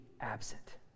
absent